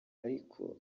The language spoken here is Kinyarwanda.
ariko